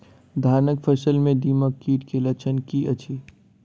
धानक फसल मे दीमक कीट केँ लक्षण की अछि?